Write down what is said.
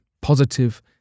positive